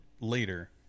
later